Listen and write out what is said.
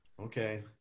Okay